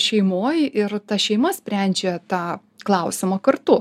šeimoj ir ta šeima sprendžia tą klausimą kartu